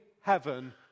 heaven